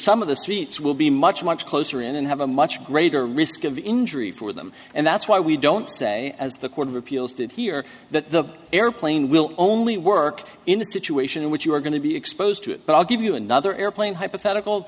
sum of the seats will be much much closer in and have a much greater risk of injury for them and that's why we don't say as the court of appeals did here that the airplane will only work in a situation in which you're going to be exposed to it but i'll give you another airplane hypothetical